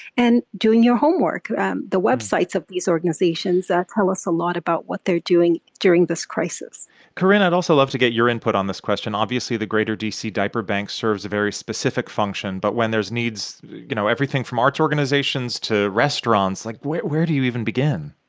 and doing your homework the websites of these organizations tell us a lot about what they're doing during this crisis corinne, i'd also love to get your input on this question. obviously, the greater d c. diaper bank serves a very specific function. but when there's needs you know, everything from arts organizations to restaurants like, where where do you even begin?